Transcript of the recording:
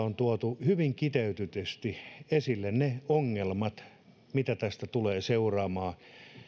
on tuotu hyvin kiteytetysti esille ne ongelmat mitä tästä tulee seuraamaan